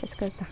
तेश करता